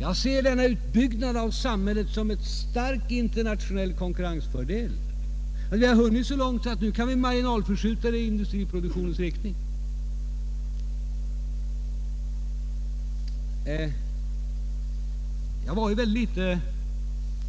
Jag ser denna utbyggnad av samhället som en stark internationell konkurrensfördel. Vi har hunnit så långt att nu kan vi marginalförskjuta utbyggnaden i industriproduktionens riktning. Jag var kanske mycket litet